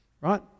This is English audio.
Right